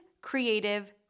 creative